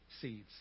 seeds